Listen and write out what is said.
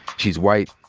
she's white,